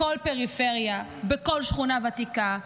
בכל פריפריה, בכל שכונה ותיקה,